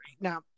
Now